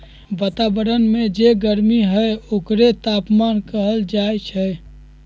वतावरन में जे गरमी हई ओकरे तापमान कहल जाई छई